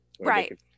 right